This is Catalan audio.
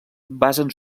basen